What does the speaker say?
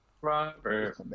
Robert